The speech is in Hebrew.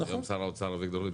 היום שר האוצר אביגדור ליברמן.